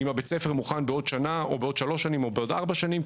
אם בית הספר מוכן בעוד שנה או בעוד שלוש שנים או בעוד ארבע שנים,